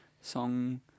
song